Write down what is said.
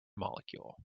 molecule